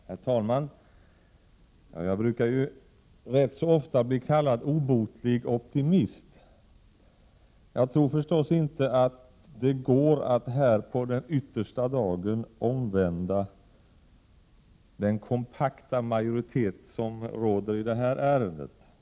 Herr talman! Jag brukar ju rätt ofta bli kallad obotlig optimist. Jag tror förstås inte att det går att här, på denna den yttersta dagen, omvända den kompakta majoritet som råder i det här ärendet.